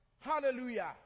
Hallelujah